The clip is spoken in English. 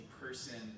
person